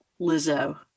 Lizzo